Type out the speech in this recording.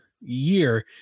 year